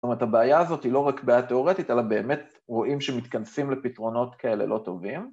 זאת אומרת, הבעיה הזאת היא לא רק בעיה תאורטית, אלא באמת רואים שמתכנסים לפתרונות כאלה לא טובים.